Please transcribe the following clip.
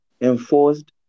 enforced